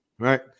Right